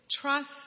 Trust